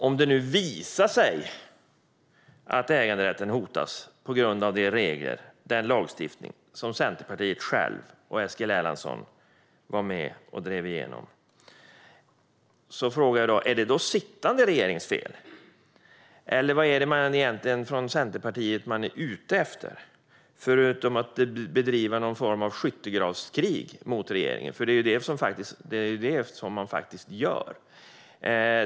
Om det nu visar sig att äganderätten hotas på grund av de regler och den lagstiftning som Centerpartiet och Eskil Erlandsson själva var med och drev igenom frågar jag: Är detta då den sittande regeringens fel? Vad är det man egentligen är ute efter från Centerpartiets sida, förutom att bedriva någon form av skyttegravskrig mot regeringen? Det är ju detta man faktiskt gör.